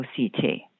OCT